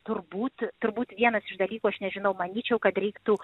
turbūt turbūt vienas iš dalykų aš nežinau manyčiau kad reiktų